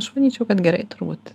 aš manyčiau kad gerai turbūt